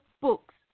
books